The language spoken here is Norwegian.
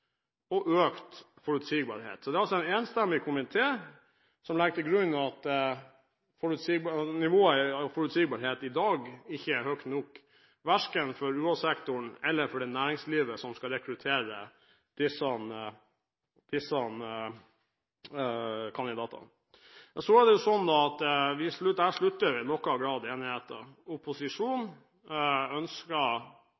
og økt forutsigbarhet.» Det er altså en enstemmig komité som legger til grunn at nivået av forutsigbarhet i dag ikke er høyt nok, verken for UH-sektoren eller for næringslivet som skal rekruttere disse